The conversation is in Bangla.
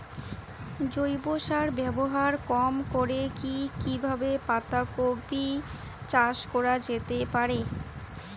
জৈব সার ব্যবহার কম করে কি কিভাবে পাতা কপি চাষ করা যেতে পারে?